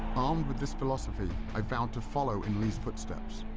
armed with this philosophy, i vowed to follow in lee's footsteps.